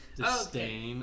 Disdain